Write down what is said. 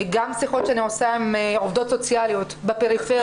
גם שיחות שאני עושה עם עובדות סוציאליות בפריפריה,